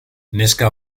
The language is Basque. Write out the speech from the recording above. neska